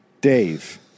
Dave